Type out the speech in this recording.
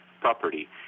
property